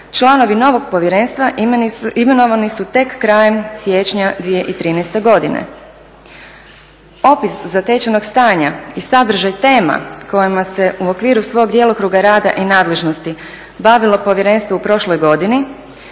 članovi novog povjerenstva imenovani su tek krajem siječnja 2013. godine. Opis zatečenog stanja i sadržaj tema kojima se u okviru svog djelokruga rada i nadležnosti bavilo povjerenstvo u prošloj godini